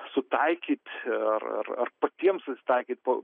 sutaikyt ar ar ar patiems susitaikyt pa